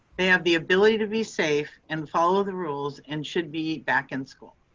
they have the ability to be safe and follow the rules and should be back in school.